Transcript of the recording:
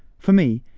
for me,